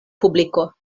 publiko